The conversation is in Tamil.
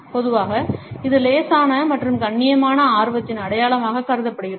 பொதுவாக இது லேசான மற்றும் கண்ணியமான ஆர்வத்தின் அடையாளமாக கருதப்படுகிறது